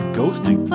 ghosting